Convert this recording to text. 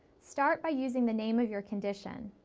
start by using the name of your condition.